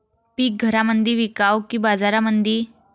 पीक घरामंदी विकावं की बाजारामंदी?